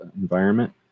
environment